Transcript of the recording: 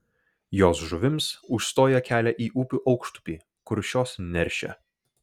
jos žuvims užstoja kelia į upių aukštupį kur šios neršia